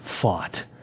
fought